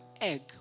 egg